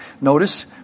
Notice